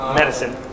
medicine